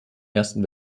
ersten